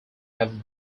have